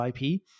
IP